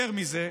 יותר מזה,